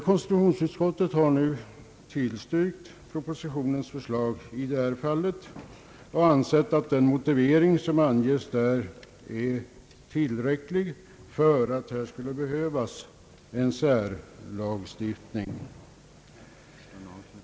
Konstitutionsutskottet har nu tillstyrkt propositionens förslag i detta fall och ansett att den motivering som angetts där är tillräcklig för att här skulle behövas en särlagstiftning.